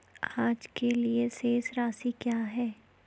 आज के लिए शेष राशि क्या है?